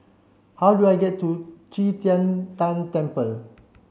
how do I get to Qi Tian Tan Temple